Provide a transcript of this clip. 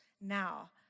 now